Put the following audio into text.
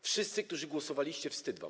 Wszyscy, którzy głosowaliście - wstyd wam.